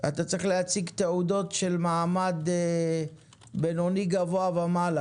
אתה צריך להציג תעודות של מעמד בינוני גבוה ומעלה,